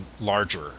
larger